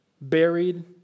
buried